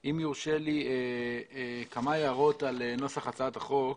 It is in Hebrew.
אם יורשה לי כמה הערות על נוסח הצעת החוק.